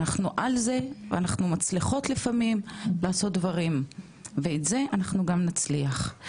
אנחנו על זה ואנחנו מצליחות לפעמים לעשות דברים ואת זה אנחנו גם נצליח.